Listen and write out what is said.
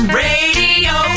radio